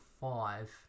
five